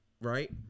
Right